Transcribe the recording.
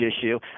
issue